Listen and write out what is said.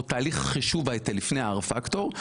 או תהליך חישוב ההיטל לפני ה-R factor,